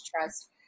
trust